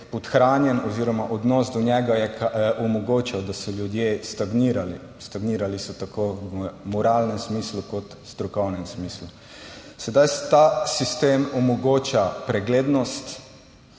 oziroma odnos do njega je omogočal, da so ljudje stagnirali. Stagnirali so tako v moralnem smislu kot v strokovnem smislu. Sedaj ta sistem omogoča preglednost,